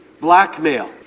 blackmail